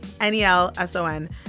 N-E-L-S-O-N